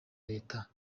leta